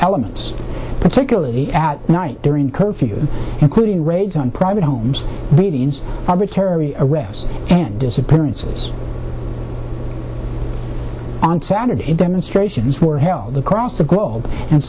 elements particularly at night during curfew including raids on private homes radians arbitrary arrests and disappearances on saturday demonstrations were held across the globe and